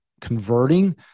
converting